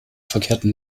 verkehren